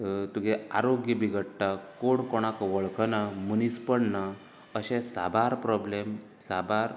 तुगे आरोग्य बिगडटा कोण कोणाक वळखनां मनीसपण ना अशें साबार प्रॉब्लेम साबार